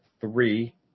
three